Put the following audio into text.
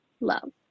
love